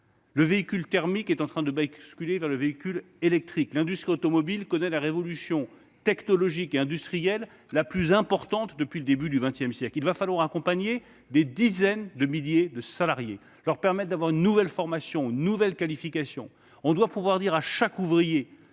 Le véhicule thermique se transformant progressivement en véhicule électrique, l'industrie automobile connaît la révolution technologique et industrielle la plus importante depuis le début du XX siècle. Aussi, il va falloir accompagner des dizaines de milliers de salariés pour leur permettre d'acquérir une nouvelle formation, une nouvelle qualification. On doit pouvoir dire à chaque ouvrier